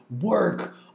work